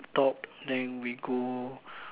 top then we go